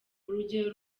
urugero